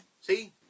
See